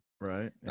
right